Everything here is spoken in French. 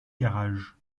garage